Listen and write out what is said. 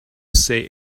say